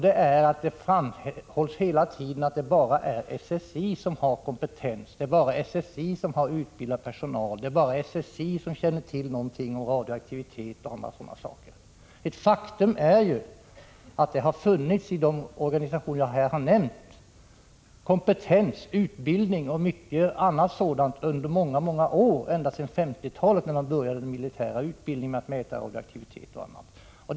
Det framhålls hela tiden att det bara är SSI som har kompetens, har utbildad personal, känner till något om radioaktivitet osv. Men det är ett faktum att det i de organisationer som jag nämnt har funnits kompetens, utbildning och mycket annat under många år, ända sedan 1950-talet då man började mäta radioaktivitet inom den militära utbildningen.